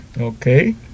Okay